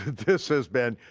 this has been,